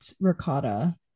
ricotta